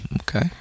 Okay